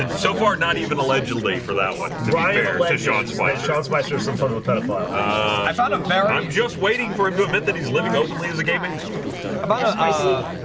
and so far not even allegedly for that one sean spicer sean spicer some front of a pedophile i found a bear i'm just waiting for him to admit that he's living openly as a gay man about ah why ah